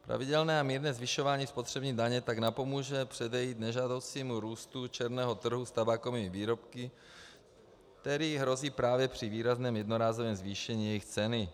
Pravidelné a mírné zvyšování spotřební daně tak napomůže předejít nežádoucímu růstu černého trhu s tabákovými výrobky, který hrozí právě při výrazném jednorázovém zvýšení jejich ceny.